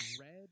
red